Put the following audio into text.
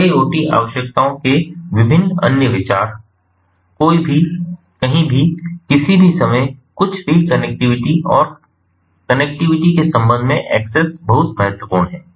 IIoT आवश्यकताओं के विभिन्न अन्य विचार कोई भी कहीं भी किसी भी समय कुछ भी कनेक्टिविटी और कनेक्टिविटी के संबंध में एक्सेस बहुत महत्वपूर्ण है